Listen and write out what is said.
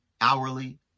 hourly